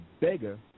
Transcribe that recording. beggar